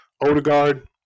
Odegaard